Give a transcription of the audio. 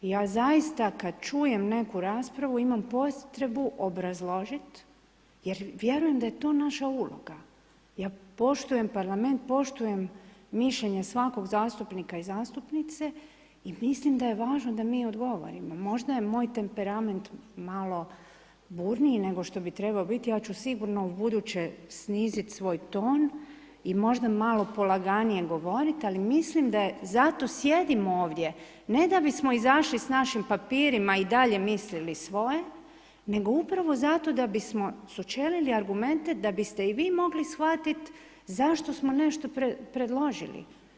Ja zaista kad čujem neku raspravu imam potrebu obrazložit jer vjerujem da je to naša uloga, ja poštujem Parlament, poštujem mišljenja svakog zastupnika i zastupnice i mislim da je važno da mi odgovorimo, možda je moj temperament malo burniji nego što bi trebao biti, ja ću sigurno ubuduće sniziti svoj ton i možda malo polaganije govoriti ali mislim da zato sjedimo ovdje ne da bismo izašli sa našim papirima, i dalje mislili svoje nego upravo zato da bi smo sučelili argumente da bi ste i vi mogli shvatiti zašto smo nešto predložili.